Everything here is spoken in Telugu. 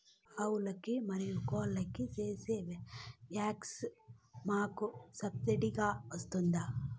ఆవులకు, మరియు కోళ్లకు వేసే వ్యాక్సిన్ మాకు సబ్సిడి గా వస్తుందా?